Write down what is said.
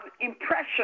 impression